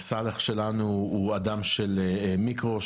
סלאח שלנו הוא אדם של מיקרו,